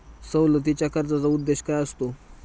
सवलतीच्या कर्जाचा उद्देश काय असतो?